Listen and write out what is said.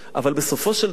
אבל בסופו של דבר,